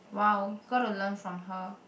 wow you gotta learn from her